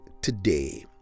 today